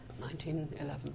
1911